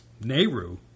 Nehru